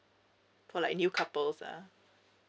for like new couples ah